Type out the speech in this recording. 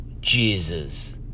Jesus